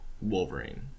Wolverine